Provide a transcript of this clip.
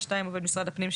(2)עובד משרד הפנים,